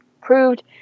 proved